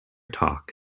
talk